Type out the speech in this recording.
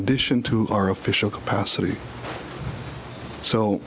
addition to our official capacity so